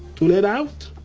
to let out?